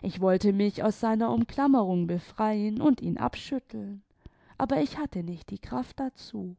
ich wollte mich aus seiner umklammerung befreien und ihn abschütteln aber ich hatte nicht die kraft dazu